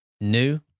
new